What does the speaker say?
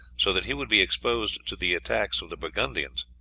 so that he would be exposed to the attacks of the burgundians.